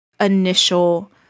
initial